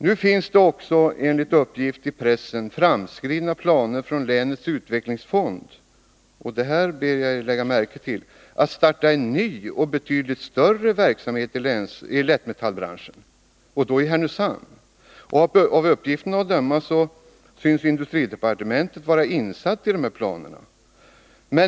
Det finns enligt uppgifter i pressen framskridna planer från länets utvecklingsfond på att — och jag ber er lägga märke till det — starta en ny och betydligt större verksamhet i lättmetallbranschen, nämligen i Härnösand. Av uppgifterna att döma bör industridepartementet vara insatt i dessa planer.